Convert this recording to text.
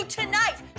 tonight